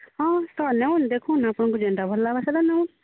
ହଁ ତ ନଉନ୍ ଦେଖୁନ୍ ଆପଣଙ୍କୁ ଯେନ୍ତା ଭଲ ଲାଗ୍ବା ସେଟା ନଉନ୍